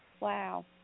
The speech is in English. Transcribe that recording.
Wow